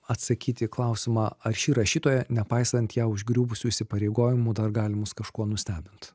atsakyti į klausimą ar ši rašytoja nepaisant ją užgriuvusių įsipareigojimų dar gali mus kažkuo nustebint